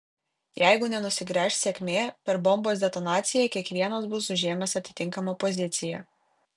jeigu nenusigręš sėkmė per bombos detonaciją kiekvienas bus užėmęs atitinkamą poziciją